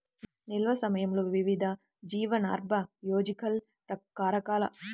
నిల్వ సమయంలో వివిధ జీవ నాన్బయోలాజికల్ కారకాల వల్ల విత్తనాల యొక్క ప్రధాన నష్టాలు సంభవిస్తాయి